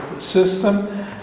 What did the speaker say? system